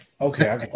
Okay